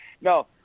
No